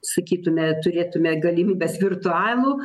sakytume turėtume galimybes virtualų